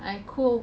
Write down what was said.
I cook